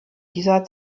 dieser